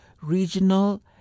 regional